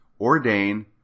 ordain